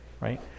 right